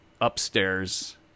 upstairs